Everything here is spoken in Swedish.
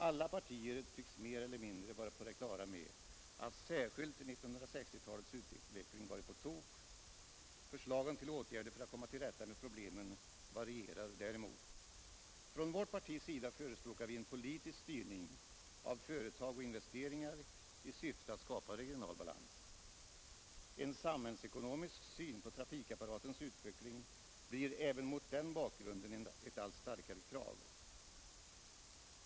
Alla partier tycks mer eller mindre vara på det klara med att särskilt 1960-talets utveckling varit på tok; förslagen till åtgärder för att komma till rätta med problemen varierar däremot. Från vårt partis sida förespråkar vi en politisk styrning av företag och investeringar i syfte att skapa regional balans. En samhällsekonomisk syn på trafikapparatens utveckling blir även mot den bakgrunden ett allt starkare krav.